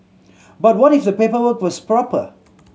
but what if the paperwork was proper